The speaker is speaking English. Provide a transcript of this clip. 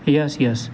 yes yes